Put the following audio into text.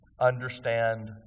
understand